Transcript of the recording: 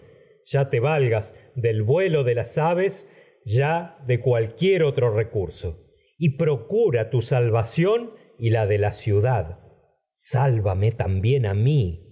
ya val gas del vuelo de las de cualquier otro recurso y procura a tu salvación y la de la ciudad sálvame tam bién en ti mí